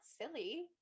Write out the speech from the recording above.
silly